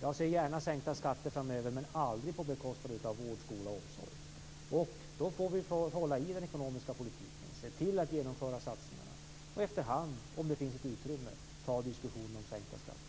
Jag ser gärna sänkta skatter framöver, men aldrig på bekostnad av vård, skola och omsorg. Då får vi hålla i den ekonomiska politiken, se till att genomföra satsningar. Efterhand - om det finns utrymme - får vi ta diskussionen om sänkta skatter.